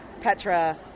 Petra